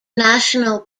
national